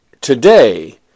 today